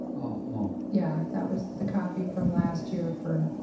ah yeah, that was the copy from last year for,